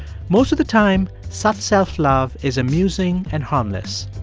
most of the time, such self-love is amusing and harmless,